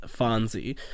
fonzie